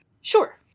Sure